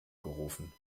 gerufen